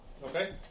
Okay